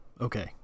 okay